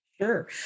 Sure